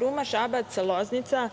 Ruma-Šabac-Loznica